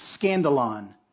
scandalon